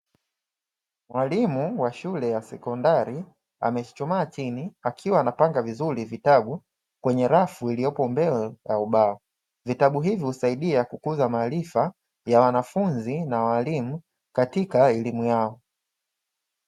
Mwalimu wa shuke ya sekondari amechuchumaa chini akiwa anapanga vizuri vitabu, kwenye rafu iliyopo mbele ya ubao. Vitabu hivi husaidia kukuza maarifa ya wanafunzi na walimu, katika elimu yao.